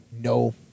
no